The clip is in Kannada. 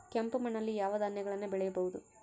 ಕೆಂಪು ಮಣ್ಣಲ್ಲಿ ಯಾವ ಧಾನ್ಯಗಳನ್ನು ಬೆಳೆಯಬಹುದು?